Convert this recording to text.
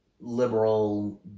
liberal